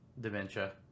dementia